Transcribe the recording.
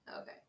Okay